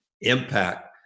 impact